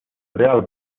real